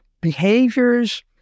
Behaviors